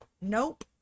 nope